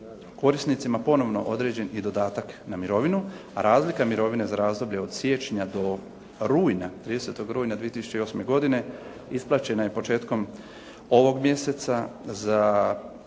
korisnicima ponovno određen i dodatak na mirovinu a razlika mirovine za razdoblje od siječnja do rujna, 30. rujna 2008. godine isplaćena je početkom ovog mjeseca za